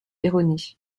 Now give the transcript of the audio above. erronée